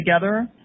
Together